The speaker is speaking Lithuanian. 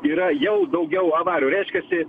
yra jau daugiau avarijų reiškiasi